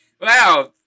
Wow